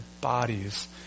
bodies